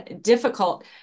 difficult